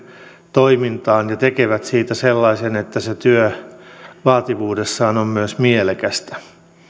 toimintaan ja tekevät siitä sellaisen että se työ vaativuudessaan on myös mielekästä